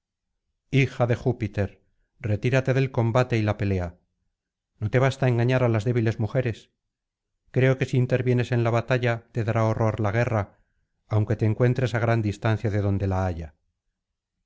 hija de júpiter retírate del combate y la pelea no te basta engañar á las débiles mujeres creo que si intervienes en la batalla te dará horror la guerra aunque te encuentres á gran distancia de donde la haya